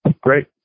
Great